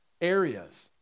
areas